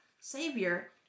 Savior